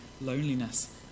loneliness